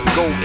go